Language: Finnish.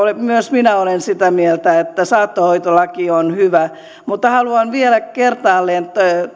myös minä olen sitä mieltä että saattohoitolaki on hyvä mutta haluan vielä kertaalleen